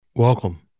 Welcome